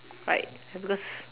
right ya because